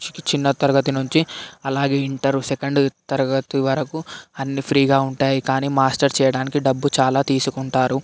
చి చిన్న తరగతి నుంచి అలాగే ఇంటరు సెకండ్ తరగతి వరకు అన్నీ ఫ్రీగా ఉంటాయి కానీ మాస్టర్ చేయడానికి డబ్బు చాలా తీసుకుంటారు